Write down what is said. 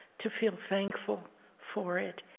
to feel thankful for it,